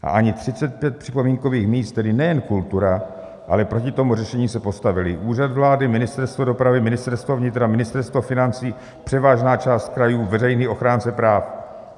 A ani 35 připomínkových míst, tedy nejen kultura, ale proti tomuto řešení se postavily Úřad vlády, Ministerstvo dopravy, Ministerstvo vnitra, Ministerstvo financí, převážná část krajů, veřejný ochránce práv.